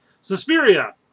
Suspiria